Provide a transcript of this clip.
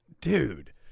Dude